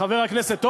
חבר הכנסת הורוביץ,